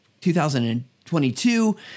2022